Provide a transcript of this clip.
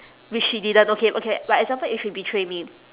which she didn't okay okay but example if she betray me